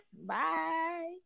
Bye